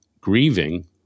grieving